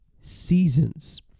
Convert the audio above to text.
seasons